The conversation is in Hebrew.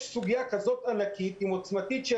אבל יש סוגיה כזאת ענקית ועוצמתית,